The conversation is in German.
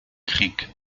krieg